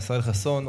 ישראל חסון.